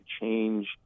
change